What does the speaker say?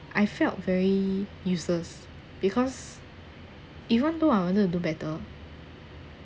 I felt very useless because even though I wanted to do better